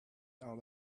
out